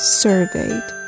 surveyed